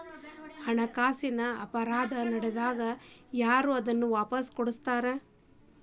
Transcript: ಹಣಕಾಸಿನ್ ಅಪರಾಧಾ ನಡ್ದಾಗ ಯಾರ್ ಅದನ್ನ ವಾಪಸ್ ಕೊಡಸ್ತಾರ?